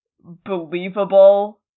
believable